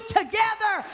together